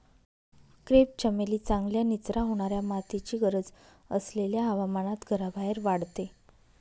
crepe चमेली चांगल्या निचरा होणाऱ्या मातीची गरज असलेल्या हवामानात घराबाहेर वाढते